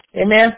Amen